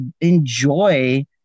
enjoy